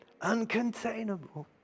uncontainable